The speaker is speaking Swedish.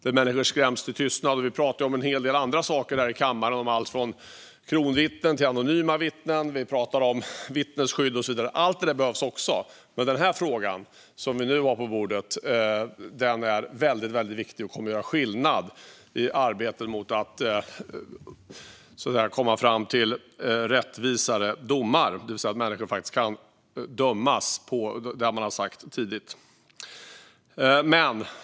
Människor skräms till tystnad. Här i kammaren talar vi om en hel del andra saker, alltifrån kronvittnen till anonyma vittnen. Vi talar om vittnesskydd och så vidare. Allt detta behövs också. Men den fråga som vi nu har på bordet är väldigt viktig och kommer att göra skillnad i arbetet för rättvisare domar, där människor faktiskt kan dömas på sådant de sagt tidigt.